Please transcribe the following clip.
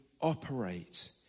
operate